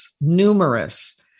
numerous